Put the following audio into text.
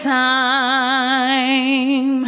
time